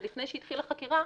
עוד לפני שהתחילה החקירה,